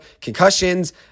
concussions